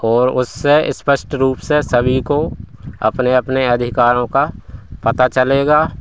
ओर उससे स्पष्ट रूप से सभी को अपने अपने अधिकारों का पता चलेगा